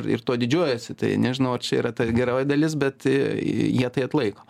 ir tuo didžiuojasi tai nežinau ar čia yra ta geroji dalis bet jie tai atlaiko